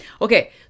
okay